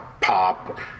Pop